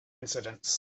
incidents